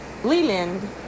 Leland